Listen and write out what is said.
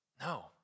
No